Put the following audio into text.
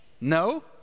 No